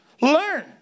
Learn